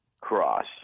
Cross